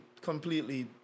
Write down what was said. completely